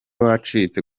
wacitse